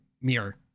mirror